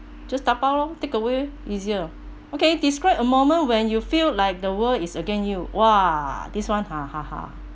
just da bao loh takeaway easier okay describe a moment when you feel like the world is against you !wah! this one ha ha ha